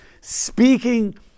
speaking